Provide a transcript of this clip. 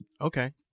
Okay